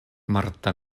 marta